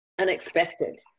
unexpected